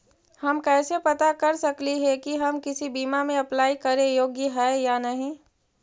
हम कैसे पता कर सकली हे की हम किसी बीमा में अप्लाई करे योग्य है या नही?